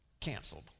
Canceled